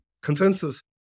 consensus